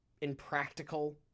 impractical